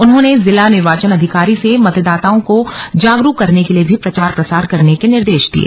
उन्होंने जिला निर्वाचन अधिकारी से मतदाताओं को जागरूक करने के लिए प्रचार प्रसार करने निर्देश दिये